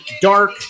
Dark